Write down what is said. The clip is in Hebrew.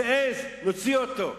זה עז, יוציאו אותו.